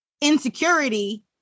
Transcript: insecurity